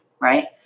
right